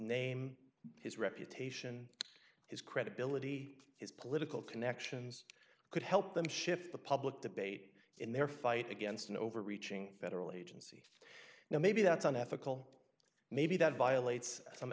name his reputation his credibility his political connections could help them shift the public debate in their fight against an overreaching federal agency now maybe that's an ethical maybe that violates some